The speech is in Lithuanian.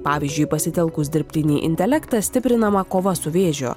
pavyzdžiui pasitelkus dirbtinį intelektą stiprinama kova su vėžiu